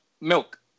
milk